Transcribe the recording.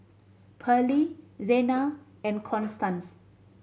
Pearlie Zena and Constance